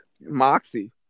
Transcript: Moxie